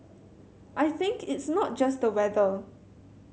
I think it's not just the weather